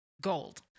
Gold